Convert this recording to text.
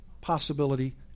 possibility